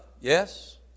Yes